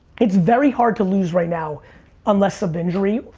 it's very hard to lose right now unless of injury.